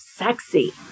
sexy